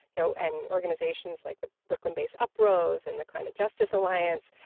you know and organizations like the brooklyn-based uprose and the climate justice alliance,